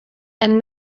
and